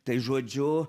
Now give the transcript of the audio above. tai žodžiu